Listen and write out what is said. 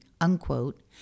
unquote